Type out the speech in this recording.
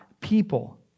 people